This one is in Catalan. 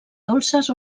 dolces